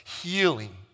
healing